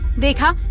the car?